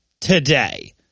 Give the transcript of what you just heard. today